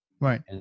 Right